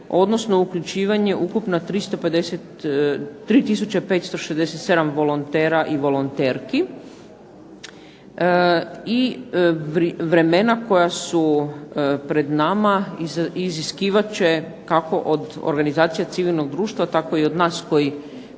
odnosno uključivanje ukupno 3 tisuće 567 volontera i volonterki, i vremena koja su pred nama iziskivat će kako od organizacija civilnog društva, tako i od nas koji